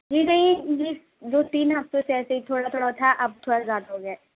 جی نہیں یہ دو تین ہفتوں سے ایسے ہی تھوڑا تھوڑا تھا اب تھوڑا زیادہ ہو گیا ہے